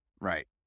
Right